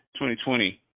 2020